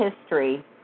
History